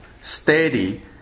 steady